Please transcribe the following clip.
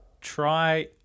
Try